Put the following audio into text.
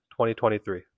2023